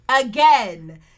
again